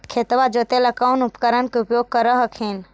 खेतबा जोते ला कौन उपकरण के उपयोग कर हखिन?